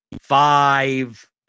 five